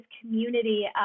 community